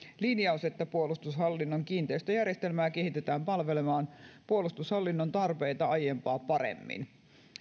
linjaus että puolustushallinnon kiinteistöjärjestelmää kehitetään palvelemaan puolustushallinnon tarpeita aiempaa paremmin